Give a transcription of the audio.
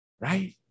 right